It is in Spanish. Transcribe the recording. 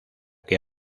que